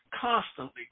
constantly